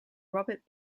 robert